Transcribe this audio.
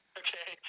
okay